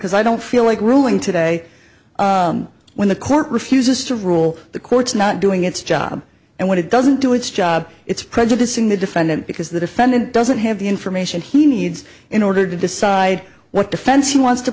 because i don't feel like ruling today when the court refuses to rule the court's not doing its job and when it doesn't do its job it's prejudicing the defendant because the defendant doesn't have the information he needs in order to decide what defense he wants to